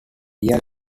year